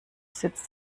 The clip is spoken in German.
sitzt